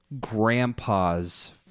grandpa's